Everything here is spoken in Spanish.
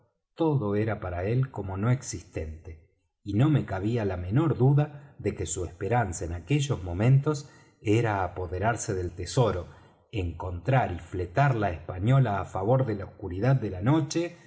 todo era para él como no existente y no me cabía la menor duda de que su esperanza en aquellos momentos era apoderarse del tesoro encontrar y fletar la española á favor de la oscuridad de la noche